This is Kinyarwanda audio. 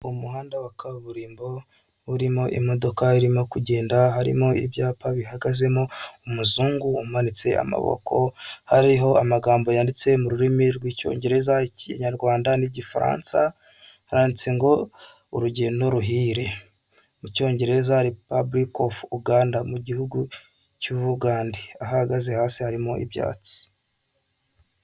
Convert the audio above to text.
Umuhanda wa kaburimbo urimo imodoka irimo kugenda harimo ibyapa bihagazemo, umuzungu umanitse amaboko hariho amagambo yanditse mu rurimi rw'Icyongereza, Ikinyarwanda n'Igifaransa, handitse ngo urugendo ruhire mu Cyongereza repubulike ofu Uganda, mu gihugu cy' Ubugande aho ahagaze hasi harimo ibyatsi.